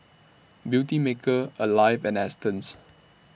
Beautymaker Alive and Astons